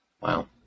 Wow